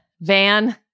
Van